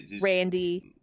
Randy